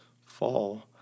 fall